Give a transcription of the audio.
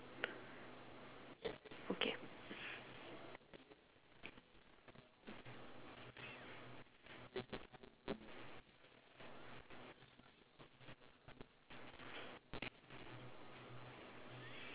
okay